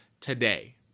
today